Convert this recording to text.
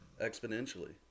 exponentially